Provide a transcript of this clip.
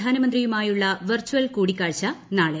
പ്രധാനമന്ത്രിയുമായുള്ള virtual കൂടിക്കാഴ്ച നാളെ